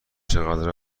چقدر